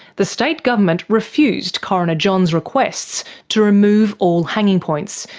the state government refused coroner johns' requests to remove all hanging points,